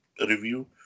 review